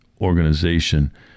organization